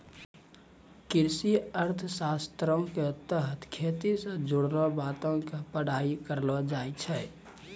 कृषि अर्थशास्त्रो के तहत खेती से जुड़लो बातो के पढ़ाई करलो जाय छै